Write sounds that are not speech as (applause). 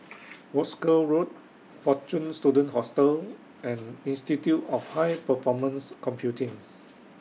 (noise) Wolskel Road Fortune Students Hostel and Institute of (noise) High Performance Computing